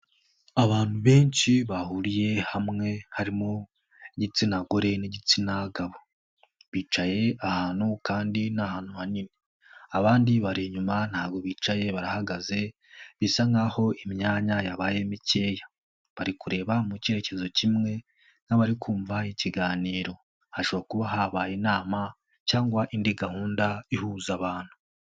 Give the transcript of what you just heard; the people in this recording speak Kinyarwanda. Abantu benshi bahuriye hamwe harimo igitsina gore n'igitsina gabo, bicaye ahantu kandi ni ahantu hanini, abandi bari inyuma ntabwo bicaye barahagaze bisa nk'aho imyanya yabaye mikeya, bari kureba mu kerekezo kimwe nk'abari kumva ikiganiro, hashobora kuba habaye inama cyangwa indi gahunda ihuza abantu.